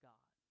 God